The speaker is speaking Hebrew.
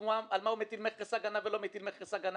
ועל מה הוא מטיל מכס הגנה ועל מה הוא לא מטיל מכס הגנה.